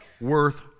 worth